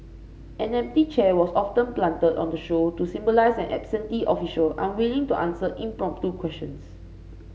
an empty chair was often planted on the show to symbolise an absentee official unwilling to answer impromptu questions